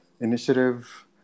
initiative